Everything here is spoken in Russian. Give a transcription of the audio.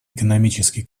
экономический